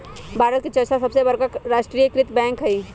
भारत के चौथा सबसे बड़का राष्ट्रीय कृत बैंक हइ